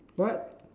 what